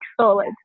solid